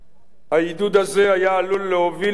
העידוד הזה היה עלול להוביל להתנגשות